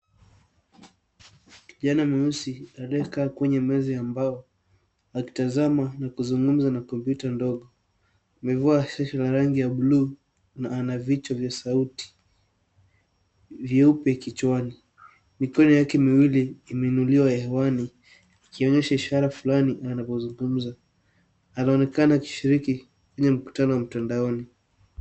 Kijana mweusi aliyekaa kwenye meza ya mbao, akitazama na kuzungumza na kompyuta ndogo. Amevaa shati ya rangi ya bluu, na ana vichwa vya sauti vyeupe kichwani. Mikono yake miwili imeinuliwa hewani ikionyesha ishara flani anapozungumza. Anaonekana akishiriki kwenye mkutano mtandaoni.